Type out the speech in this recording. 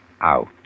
out